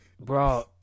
Bro